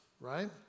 right